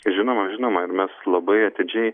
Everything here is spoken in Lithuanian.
žinoma žinoma ir mes labai atidžiai